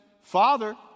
Father